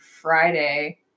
Friday